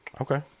Okay